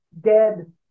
dead